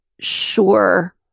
sure